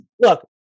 look